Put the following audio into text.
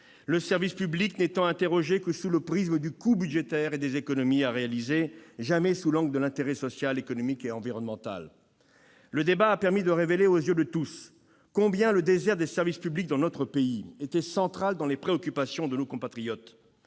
le service public n'étant interrogé que sous le prisme du coût budgétaire et des économies à réaliser, jamais sous celui de l'intérêt social, économique et environnemental. Le débat a permis de révéler aux yeux de tous combien le désert des services publics dans notre pays était central dans les préoccupations de nos compatriotes,